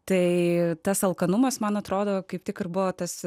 tai tas alkanumas man atrodo kaip tik ribotas